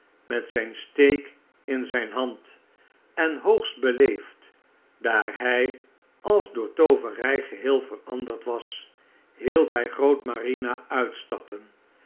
met zijn steek in zijn hand en hoogst beleefd daarhij als door tooverij geheel veranderd was hielp hij grootmarina uitstappen